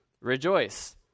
Rejoice